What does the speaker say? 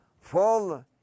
fall